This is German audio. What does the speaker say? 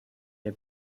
der